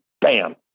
bam